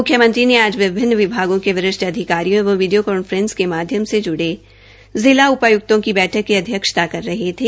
म्ख्यमंत्री विभिन्न विभागों के वरिष्ठ अधिकारियों एवं वीडियो कान्फ्रेंसिंग से ज्ड़े जिला उपाय्क्तों की बैठक की अध्यक्षता कर रहे थे